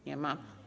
Nie ma.